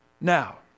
Now